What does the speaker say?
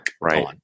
right